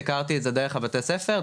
הכרתי את זה דרך בתי הספר,